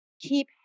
keep